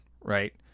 right